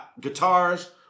guitars